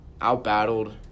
out-battled